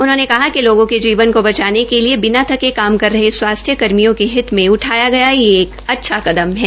उन्होंने कहा कि लोगों के जीवन को बचाने के लिए बिना थके काम कर रहे स्वास्थ्य कर्मचारियों के हित में उठाया गया यह एक अच्छा कदम है